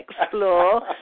explore